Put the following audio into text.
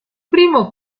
primo